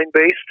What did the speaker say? based